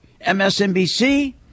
MSNBC